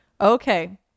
Okay